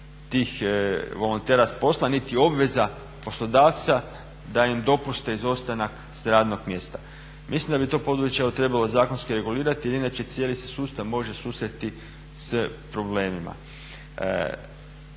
tih volontera s posla, niti obveza poslodavca da im dopuste izostanak s radnog mjesta. Mislim da bi to područje trebalo zakonski regulirati jer inače cijeli se sustav može susresti s problemima.